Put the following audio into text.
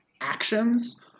actions